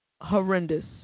horrendous